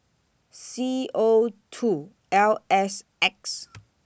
C O two L S X